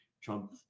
Trump